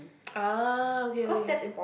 ah okay okay